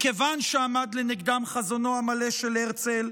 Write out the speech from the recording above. מכיוון שעמד לנגדם חזונו המלא של הרצל,